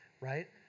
right